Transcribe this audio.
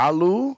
Alu